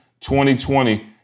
2020